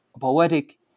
poetic